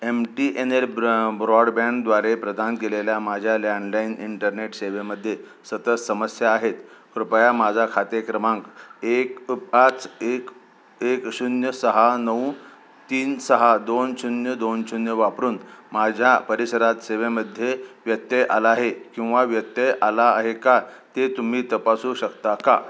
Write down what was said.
M T N L ब्र ब्रॉडबँडद्वारे प्रदान केलेल्या माझ्या लँडलाईन इंटरनेट सेवेमध्ये सतत समस्या आहेत कृपया माझा खाते क्रमांक एक पाच एक एक शून्य सहा नऊ तीन सहा दोन शून्य दोन शून्य वापरून माझ्या परिसरात सेवेमध्ये व्यत्यय आला आहे किंवा व्यत्यय आला आहे का ते तुम्ही तपासू शकता का